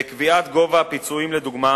בקביעת גובה הפיצויים לדוגמה